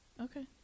okay